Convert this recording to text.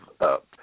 up